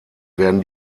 werden